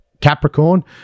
Capricorn